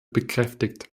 bekräftigt